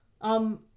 Um